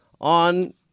on